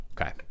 okay